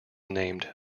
named